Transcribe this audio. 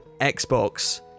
Xbox